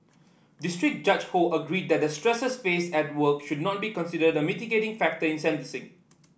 district Judge Ho agreed that the stresses faced at work should not be considered mitigating factor in sentencing